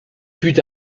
put